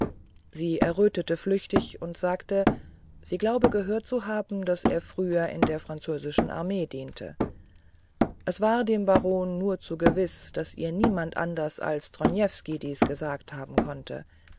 sie errötete flüchtig und sagte sie glaube gehört zu haben daß er früher in der französischen armee diente es war dem baron nur zu gewiß daß ihr niemand anders als zronievsky dies gesagt haben konnte